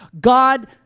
God